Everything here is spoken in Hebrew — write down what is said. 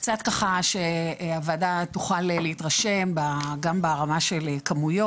קצת שהוועדה תוכל להתרשם גם ברמה של כמויות,